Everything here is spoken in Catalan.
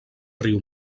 riu